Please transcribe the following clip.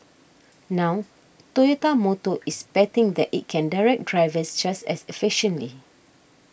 now Toyota Motor is betting that it can direct drivers just as efficiently